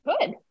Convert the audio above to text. Good